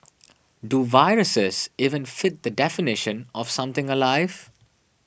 do viruses even fit the definition of something alive